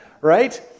right